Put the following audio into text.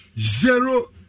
Zero